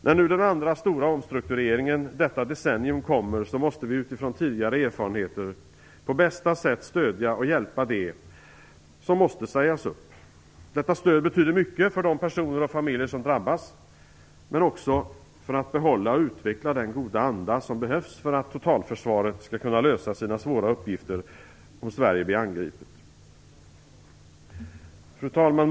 När nu den andra stora omstruktureringen detta decennium kommer måste vi utifrån tidigare erfarenheter på bästa sätt stödja och hjälpa dem som måste sägas upp. Detta stöd betyder mycket för de personer och familjer som drabbas men också för att behålla och utveckla den goda anda som behövs för att totalförsvaret skall kunna lösa sina svåra uppgifter om Sverige blir angripet. Fru talman!